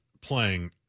playing